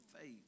faith